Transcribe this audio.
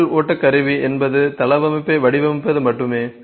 பொருள் ஓட்ட கருவி என்பது தளவமைப்பை வடிவமைப்பது மட்டுமே